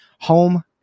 home